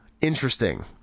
Interesting